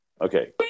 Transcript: Okay